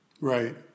Right